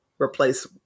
replace